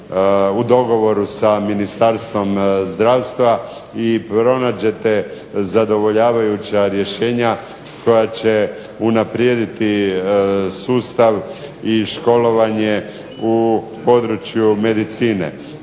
u dogovoru sa Ministarstvom zdravstva i pronađete zadovoljavajuća rješenja koja će unaprijediti sustav i školovanje u području medicine.